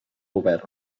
govern